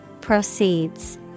Proceeds